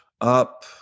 up